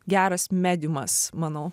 geras mediumas manau